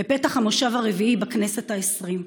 בפתח המושב הרביעי של הכנסת העשרים,